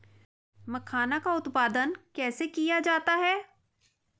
मखाना का उत्पादन कैसे किया जाता है?